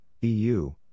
EU